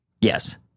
Yes